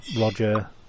Roger